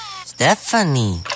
Stephanie